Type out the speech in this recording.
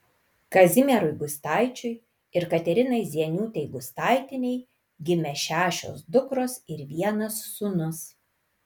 kazimierui gustaičiui ir katerinai zieniūtei gustaitienei gimė šešios dukros ir vienas sūnus